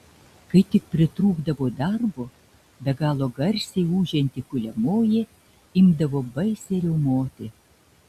kai tik pritrūkdavo darbo be galo garsiai ūžianti kuliamoji imdavo baisiai riaumoti